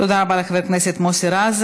תודה רבה לחבר הכנסת מוסי רז.